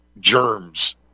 germs